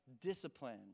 discipline